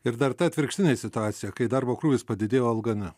ir dar ta atvirkštinė situacija kai darbo krūvis padidėjo alga ne